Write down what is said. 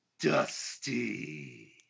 Dusty